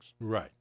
Right